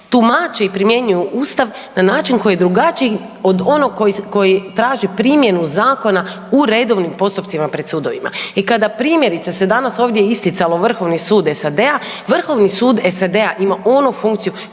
tumače i primjenjuju Ustav na način koji je drugačiji od onoga koji traži primjenu zakona u redovnim postupcima pred sudovima i kada primjerice se ovdje danas isticalo, Vrhovni sud SAD-a, Vrhovni sud SAD-a ima onu funkciju